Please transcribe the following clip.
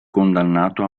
condannato